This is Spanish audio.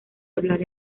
hablar